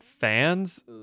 fans